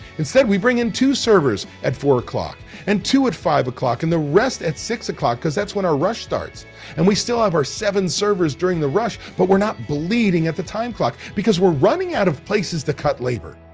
instead, we bring in two servers at four o'clock and two at five o'clock and the rest at six o'clock, because that's when our rush starts and we still have our seven servers during the rush. but we're not bleeding at the time clock because we're running out of places to cut labor.